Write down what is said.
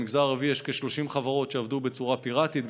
במגזר הערבי יש כ-30 חברות שעבדו בצורה פיראטית,